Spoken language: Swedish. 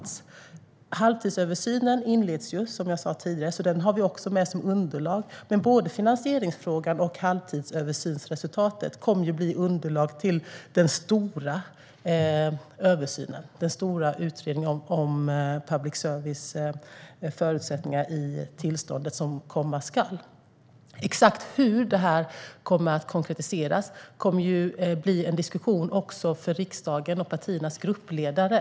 Halvtidsöversynen inleds ju, som jag sa tidigare, så den har vi också med som underlag. Men både finansieringsfrågan och resultatet av halvtidsöversynen kommer att bli underlag till den stora översynen, den stora utredningen om förutsättningarna för public service i det tillstånd som komma skall. Exakt hur detta kommer att konkretiseras blir en diskussion också för riksdagen och partiernas gruppledare.